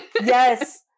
Yes